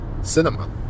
cinema